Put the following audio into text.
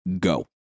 go